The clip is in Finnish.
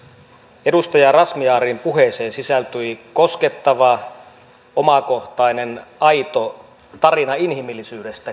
edustaja razmyarin puheeseen sisältyi koskettava omakohtainen aito tarina inhimillisyydestä kiitos siitä